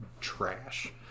trash